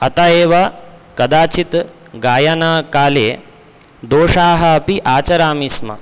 अत एव कदाचित् गायनकाले दोषाः अपि आचरामि स्म